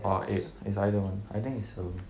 or eight it's either I think it's seven